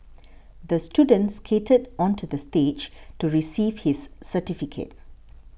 the student skated onto the stage to receive his certificate